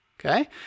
Okay